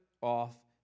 off